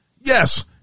Yes